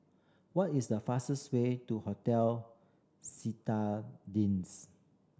what is the fastest way to Hotel Citadines